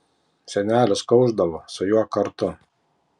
senelis kaušdavo su juo kartu